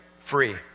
free